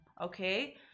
Okay